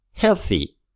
Healthy